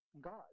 God